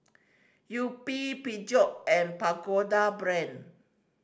Yupi Peugeot and Pagoda Brand